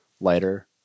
lighter